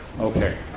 Okay